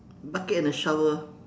bucket and a shovel